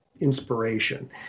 inspiration